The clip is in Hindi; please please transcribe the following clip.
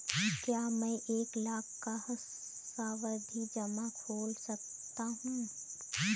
क्या मैं एक लाख का सावधि जमा खोल सकता हूँ?